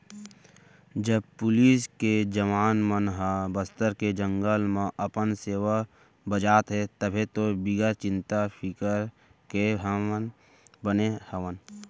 जब पुलिस के जवान मन ह बस्तर के जंगल म अपन सेवा बजात हें तभे तो बिगर चिंता फिकर के हमन बने हवन